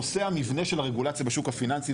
נושא המבנה של הרגולציה בשוק הפיננסי,